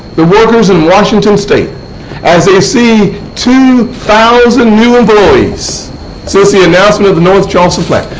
the workers in washington state as they see two thousand new employees since the announcement of the north charleston plant,